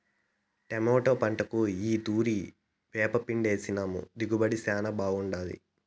tomato పంటకు ఈ తూరి వేపపిండేసినాము దిగుబడి శానా బాగుండాది